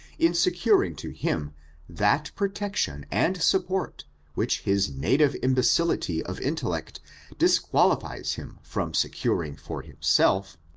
in securing to him that protection and support which his native imbecility of intellect disqualifies him from securing for himself